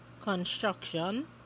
construction